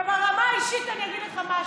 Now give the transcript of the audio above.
וברמה האישית, אני אגיד לך משהו.